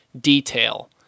detail